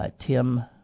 Tim